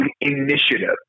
Initiative